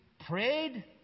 prayed